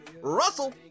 Russell